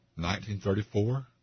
1934